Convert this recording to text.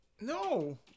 no